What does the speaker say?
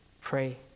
pray